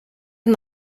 and